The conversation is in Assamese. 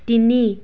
তিনি